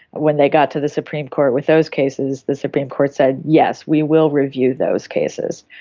when they got to the supreme court with those cases, the supreme court said yes, we will review those cases.